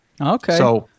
Okay